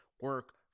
Work